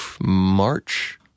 March